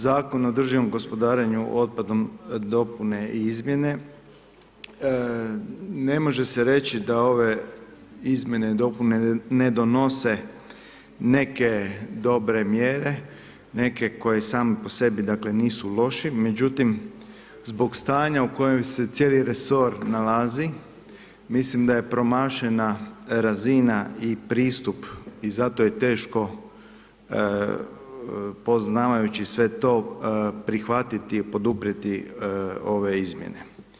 Zakon o održivom gospodarenju otpadom dopune i izmjene, ne može se reći da ove izmjene i dopune ne donose neke dobre mjere, neke koje same po sebi dakle nisu loše, međutim zbog stanja u kojem se cijeli resor nalazi mislim da je promašena razina i pristup i zato je teško poznavajući sve to prihvatiti, poduprijeti ove izmjene.